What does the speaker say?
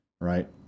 right